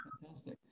Fantastic